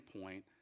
point